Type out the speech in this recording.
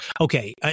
Okay